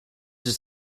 just